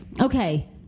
Okay